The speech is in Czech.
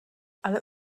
ale